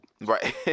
Right